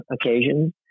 occasions